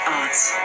arts